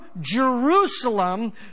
Jerusalem